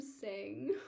sing